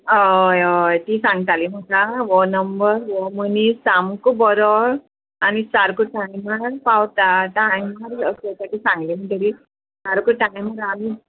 हय हय ती सांगताली म्हाका हो नंबर हो मनीस सामको बरो आनी सारको टायमार पावता टायमाक येतां अशें सांगलें म्हणटगीर सारको टायमार आमी